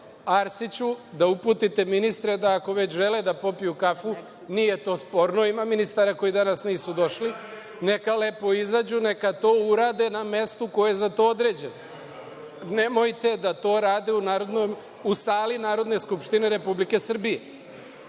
Arsiću, da uputite ministre, ako već žele da popiju kafu, nije to sporno, ima ministara koji danas nisu došli, neka lepo izađu, neka to urade na mestu koje je za to određeno. Nemojte da to rade u sali Narodne skupštine Republike Srbije.